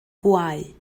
bwâu